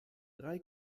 drei